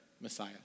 Messiah